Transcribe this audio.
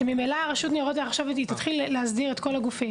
הרי ממילא רשות ניירות ערך עכשיו תתחיל להסדיר את כל הגופים.